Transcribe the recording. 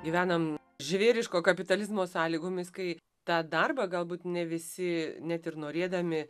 gyvenam žvėriško kapitalizmo sąlygomis kai tą darbą galbūt ne visi net ir norėdami